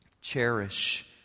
cherish